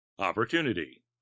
Opportunity